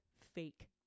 fake